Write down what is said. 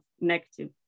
negative